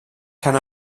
can